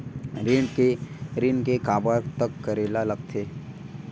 ऋण के काबर तक करेला लगथे?